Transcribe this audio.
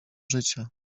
życia